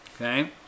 Okay